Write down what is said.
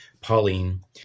pauline